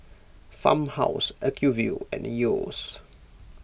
Farmhouse Acuvue and Yeo's